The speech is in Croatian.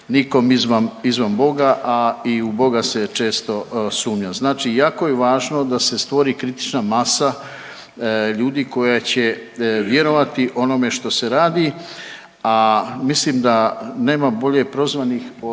nikom izvan boga, a i u boga se često sumnja. Znači, jako je važno da se stvori kritična masa ljudi koja će vjerovati onome što se radi, a mislim da nema bolje prozvanih od